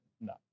No